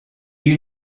you